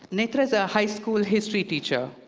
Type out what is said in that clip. netra's a high school history teacher.